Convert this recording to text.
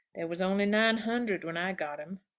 there was only nine hundred when i got em.